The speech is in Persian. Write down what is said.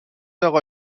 آقا